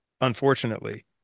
unfortunately